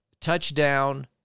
touchdown